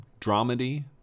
Dramedy